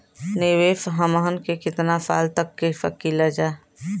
निवेश हमहन के कितना साल तक के सकीलाजा?